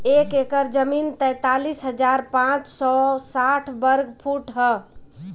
एक एकड़ जमीन तैंतालीस हजार पांच सौ साठ वर्ग फुट ह